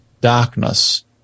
darkness